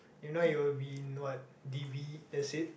you know you he will be in what d_b that's it